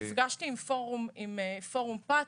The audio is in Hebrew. נפגשתי עם פורום פת,